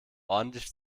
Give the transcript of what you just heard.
ordentlich